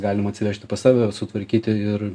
galim atsivežti pas save sutvarkyti ir